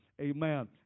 Amen